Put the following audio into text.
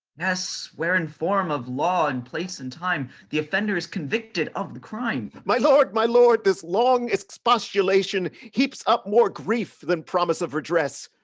yes, where in form of law in place and time, the offender is convicted of the crime. my lord, my lord, this long expostulation heaps up more grief than promise of redress.